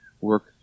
work